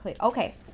okay